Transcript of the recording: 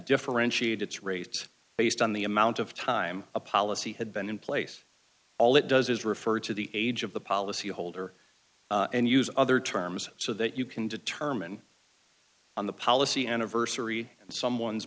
differentiate its rates based on the amount of time a policy had been in place all it does is refer to the age of the policy holder and use other terms so that you can determine on the policy anniversary and someone's